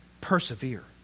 persevere